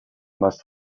must